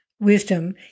wisdom